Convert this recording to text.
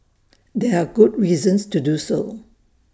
there are good reasons to do so